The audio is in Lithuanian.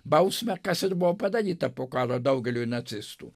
bausmę kas ir buvo padaryta po karo daugeliui nacistų